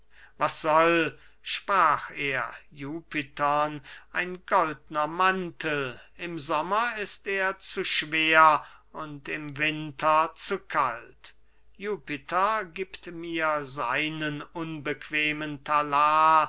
was soll sprach er jupitern ein goldner mantel im sommer ist er zu schwer und im winter zu kalt jupiter giebt mir seinen unbequemen talar